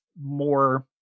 more